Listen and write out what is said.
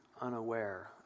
unaware